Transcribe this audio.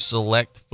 Select